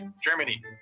Germany